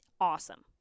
Awesome